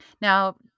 Now